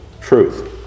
truth